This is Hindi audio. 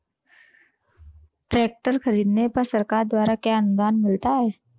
ट्रैक्टर खरीदने पर सरकार द्वारा क्या अनुदान मिलता है?